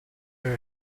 are